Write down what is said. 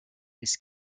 this